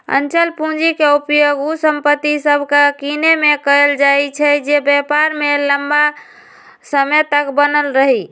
अचल पूंजी के उपयोग उ संपत्ति सभके किनेमें कएल जाइ छइ जे व्यापार में लम्मा समय तक बनल रहइ